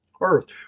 earth